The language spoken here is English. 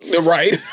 Right